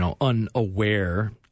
unaware